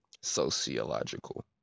sociological